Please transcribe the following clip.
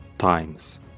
times